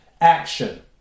Action